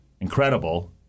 Incredible